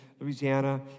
Louisiana